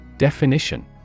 Definition